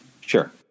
sure